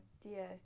dear